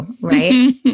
Right